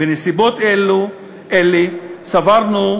בנסיבות אלה סברנו,